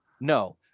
no